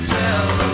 tell